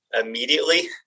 immediately